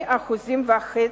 ב-2.5%,